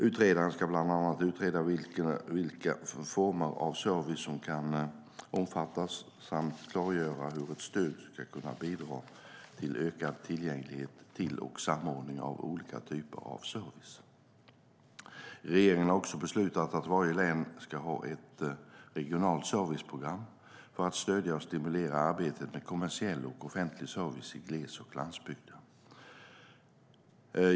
Utredaren ska bland annat utreda vilka former av service som kan omfattas samt klargöra hur ett stöd skulle kunna bidra till ökad tillgänglighet till och samordning av olika typer av service. Regeringen har också beslutat att varje län ska ha ett regionalt serviceprogram för att stödja och stimulera arbetet med kommersiell och offentlig service i gles och landsbygder.